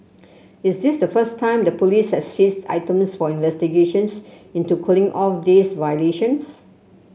is this the first time the police has seized items for investigations into cooling off days violations